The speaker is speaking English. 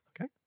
Okay